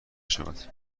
شود